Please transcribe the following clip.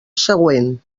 següent